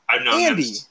Andy